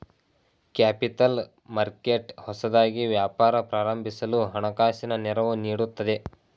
capital market ಹೊಸದಾಗಿ ವ್ಯಾಪಾರ ಪ್ರಾರಂಭಿಸಲು ಹಣಕಾಸಿನ ನೆರವು ನೀಡುತ್ತದೆ